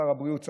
שר הבריאות,